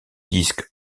disque